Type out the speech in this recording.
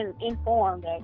informed